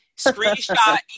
Screenshot